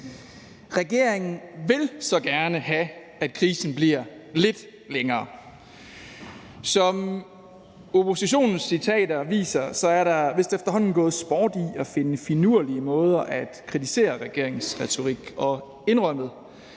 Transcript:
Regeringen vil så gerne have, at krisen bliver lidt længere. Som oppositionens citater viser, er der vist efterhånden gået sport i at finde finurlige måder at kritisere regeringens retorik på. Og indrømmet,